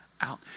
out